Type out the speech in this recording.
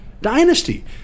dynasty